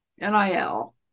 NIL